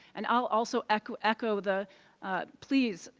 and um will also echo echo the police,